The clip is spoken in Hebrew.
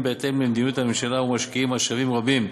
בהתאם למדיניות הממשלה ומשקיעים משאבים רבים